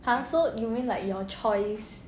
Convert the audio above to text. !huh! you mean like your choice